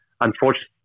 Unfortunately